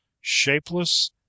shapeless